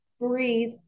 Breathe